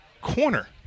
corner